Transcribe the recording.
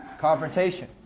Confrontation